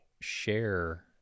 share